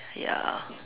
ya